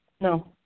No